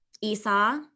Esau